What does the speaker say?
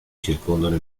circondano